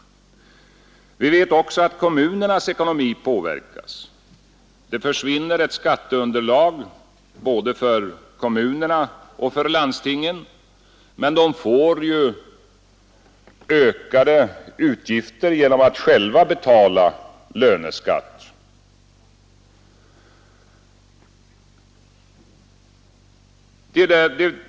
Vi vet också att kommunernas ekonomi påverkas. Det försvinner ett skatteunderlag både för kommunerna och för landstingen, men de får ju ökade utgifter genom att själva betala löneskatt.